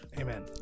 Amen